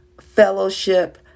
fellowship